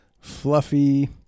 fluffy